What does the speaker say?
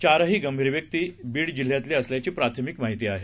चारही गंभीर व्यक्ती बीड जिल्ह्यातले असल्याची प्राथमिक माहिती आहे